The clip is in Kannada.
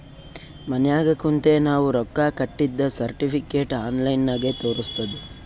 ಮನ್ಯಾಗ ಕುಂತೆ ನಾವ್ ರೊಕ್ಕಾ ಕಟ್ಟಿದ್ದ ಸರ್ಟಿಫಿಕೇಟ್ ಆನ್ಲೈನ್ ನಾಗೆ ತೋರಸ್ತುದ್